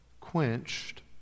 quenched